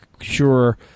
sure